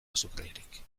azukrerik